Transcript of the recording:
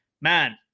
man